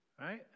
right